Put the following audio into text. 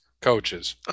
coaches